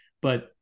But-